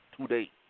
today